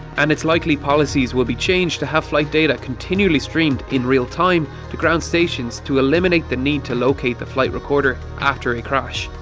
and it's likely policies will be changed to have flight data continually streamed in real time to ground stations to eliminate the need to locate the flight recorder after a crash.